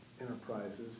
enterprises